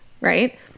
right